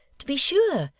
to be sure.